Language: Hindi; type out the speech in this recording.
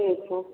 ठीक है